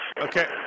Okay